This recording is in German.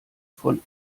von